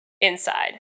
inside